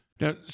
Now